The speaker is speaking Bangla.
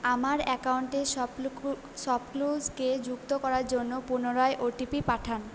আমার অ্যাকাউন্টে শপক্লুকু শপক্লুজকে যুক্ত করার জন্য পুনরায় ওটিপি পাঠান